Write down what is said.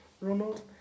Ronald